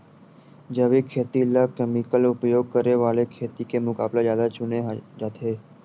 जैविक खेती ला केमिकल उपयोग करे वाले खेती के मुकाबला ज्यादा चुने जाते